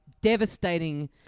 devastating